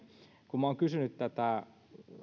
kun minä olen kysynyt tätä